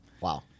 wow